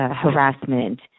harassment